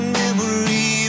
memory